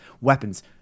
weapons